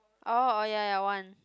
orh orh ya ya one